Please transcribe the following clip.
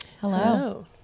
Hello